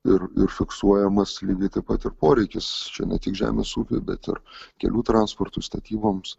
ir ir fiksuojamas lygiai taip pat ir poreikis čia ne tik žemės ūkiui bet ir kelių transportui statyboms